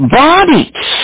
bodies